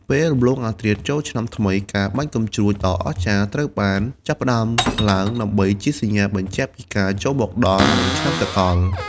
ពេលរំលងអធ្រាត្រចូលឆ្នាំថ្មី ការបាញ់កាំជ្រួចដ៏អស្ចារ្យត្រូវបានចាប់ផ្ដើមឡើង ដើម្បីជាសញ្ញាបញ្ជាក់ពីការចូលមកដល់នៃឆ្នាំសកល។